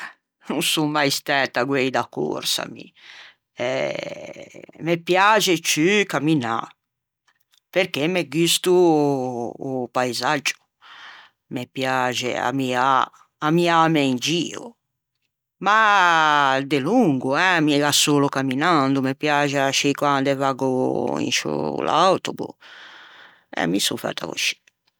No son mai stæta guæi da corsa mi, me piaxe ciù camminâ perchè me gusto o paisaggio, me piaxe ammiâ, ammiâme in gio, ma delongo eh miga solo camminando me piaxe ascì quande vaggo in sce l'autobo, eh mi son fæta coscì.